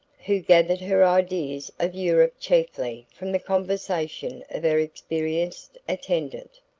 who gathered her ideas of europe chiefly from the conversation of her experienced attendant.